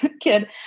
kid